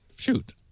Shoot